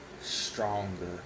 Stronger